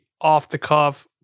off-the-cuff